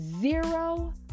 zero